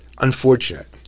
unfortunate